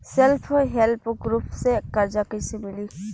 Self help group से कर्जा कईसे मिली?